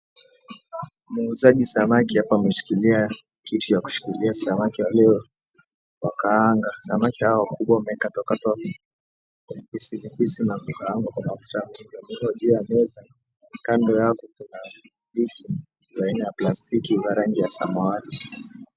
Muuzaji samaki hapa ameshikilia kitu ya kushikilia samaki waliowakaanga. Samaki hao wakubwa wamekatwakatwa vipisi vipisi na vikakaangwa kwa mafuta juu ya meza kando yao kuna viti vya aina ya plastiki vya rangi ya samawati.